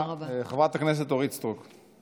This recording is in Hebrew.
חברת הכנסת אורית סטרוק.